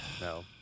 No